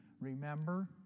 remember